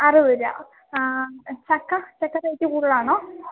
അറുപത് രൂപ ആ ചക്ക ചക്ക റേയ്റ്റ് കൂടുതലാണോ